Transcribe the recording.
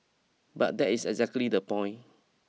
but that is exactly the point